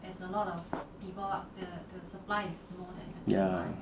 ya